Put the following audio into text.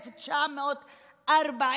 1945,